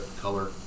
color